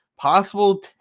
Possible